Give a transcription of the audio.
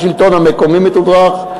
השלטון המקומי מתודרך.